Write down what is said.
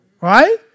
right